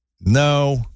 No